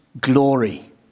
glory